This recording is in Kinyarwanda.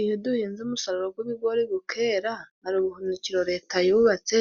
Iyo duhinze umusaruro gw'ibigori gukera, hari ubuhunikiro leta yubatse,